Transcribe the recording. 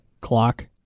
clock